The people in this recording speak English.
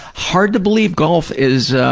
hard to believe, golf is,